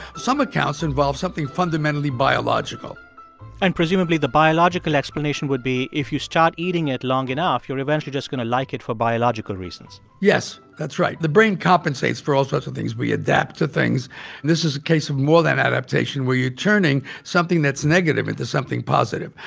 some accounts involve something fundamentally biological and presumably, the biological explanation would be if you start eating it long enough, you're eventually just going to like it for biological reasons yes, that's right. the brain compensates for all sorts of things. we adapt to things. and this is a case of more than adaptation where you're turning something that's negative into something positive.